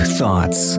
thoughts